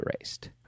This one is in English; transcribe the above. erased